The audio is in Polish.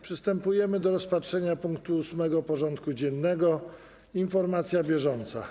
Przystępujemy do rozpatrzenia punktu 8. porządku dziennego: Informacja bieżąca.